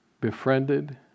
befriended